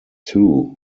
too